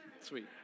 Sweet